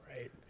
Right